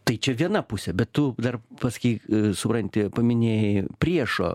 tai čia viena pusė bet tu dar pasakei supranti paminėjai priešo